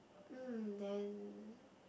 mm then